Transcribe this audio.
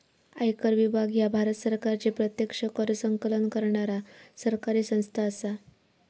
आयकर विभाग ह्या भारत सरकारची प्रत्यक्ष कर संकलन करणारा सरकारी संस्था असा